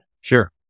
Sure